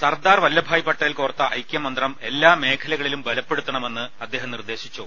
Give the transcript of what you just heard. സർദാർ വല്ലഭായ് പട്ടേൽ കോർത്ത ഐക്യമന്ത്രം എല്ലാ മേഖ ലകളിലും ബലപ്പെടുത്തണമെന്ന് അദ്ദേഹം നിർദ്ദേശിച്ചു